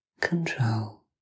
control